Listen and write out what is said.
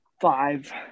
five